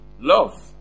love